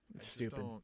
Stupid